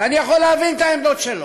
ואני יכול להבין את העמדות שלו.